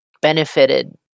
benefited